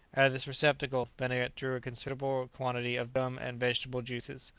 out of this receptacle benedict drew a considerable quantity of gum and vegetable juices,